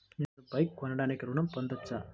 నేను బైక్ కొనటానికి ఋణం పొందవచ్చా?